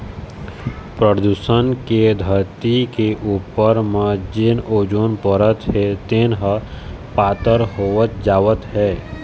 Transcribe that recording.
परदूसन के धरती के उपर म जेन ओजोन परत हे तेन ह पातर होवत जावत हे